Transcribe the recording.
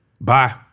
Bye